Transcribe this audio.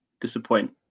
disappoint